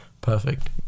Perfect